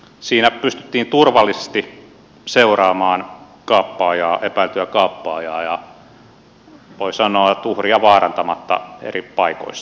siinä pystyttiin turvallisesti seuraamaan kaappaajaa epäiltyä kaappaajaa ja voi sanoa että uhria vaarantamatta eri paikoissa